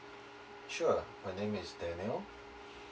sure my name is daniel